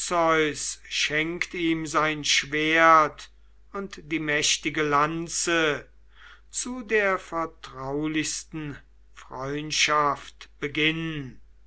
schenkt ihm sein schwert und die mächtige lanze zu der vertraulichsten freundschaft